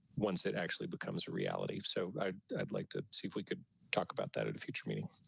once it actually becomes a reality. so i'd i'd like to see if we could talk about that at a future meeting.